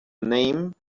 name